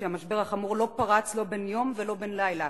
שהמשבר החמור לא פרץ לא בן-יום ולא בן-לילה.